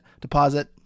deposit